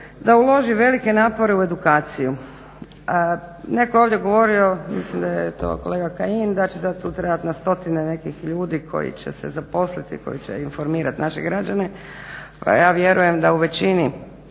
da uloži velike napore u edukaciju. Netko je ovdje govorio, mislim da je to kolega Kajin da će sad tu trebati na stotine nekih ljudi koji će se zaposliti, koji će informirati naše građane. Ja vjerujem da u većini